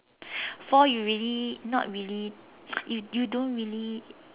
four you really not really you you don't really